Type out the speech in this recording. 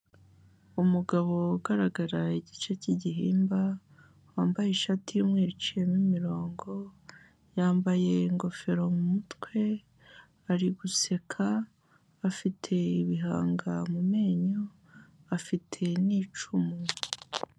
Umugabo ugaragara igice cy'igihimba, wambaye ishati y'umweru iciyemo imirongo, yambaye ingofero mu mutwe, ari guseka, afite ibihanga mu menyo, afite n'icumu.